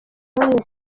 bamwe